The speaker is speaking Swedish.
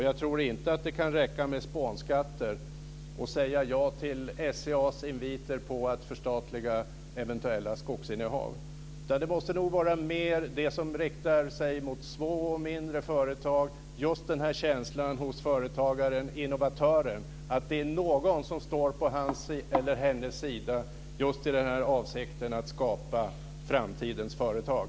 Jag tror inte att det räcker med spånskatter och att säga ja till SCA:s inviter om att förstatliga eventuella skogsinnehav. Det måste nog vara mer av det som riktar sig mot små och mindre företag. Det handlar just om den här känslan hos företagaren, innovatören, av att det är någon som står på hans eller hennes sida just i avsikten att skapa framtidens företag.